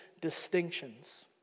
distinctions